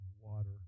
water